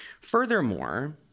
Furthermore